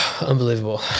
Unbelievable